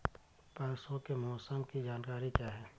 परसों के मौसम की जानकारी क्या है?